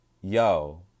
yo